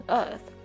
earth